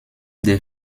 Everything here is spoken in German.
der